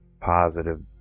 positive